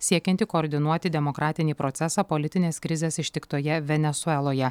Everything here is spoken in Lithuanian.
siekianti koordinuoti demokratinį procesą politinės krizės ištiktoje venesueloje